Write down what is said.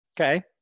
Okay